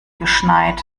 geschneit